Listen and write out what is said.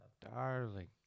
Darling